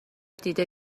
دیده